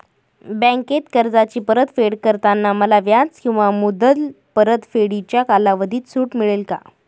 बँकेत कर्जाची परतफेड करताना मला व्याज किंवा मुद्दल परतफेडीच्या कालावधीत सूट मिळेल का?